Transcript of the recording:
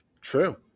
true